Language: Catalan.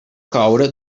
coure